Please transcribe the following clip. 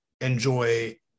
enjoy